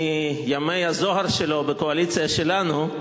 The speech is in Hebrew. מימי הזוהר שלו בקואליציה שלנו,